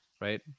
Right